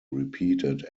repeated